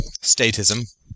statism